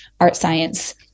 art-science